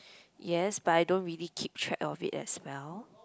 yes but I don't really keep track of it as well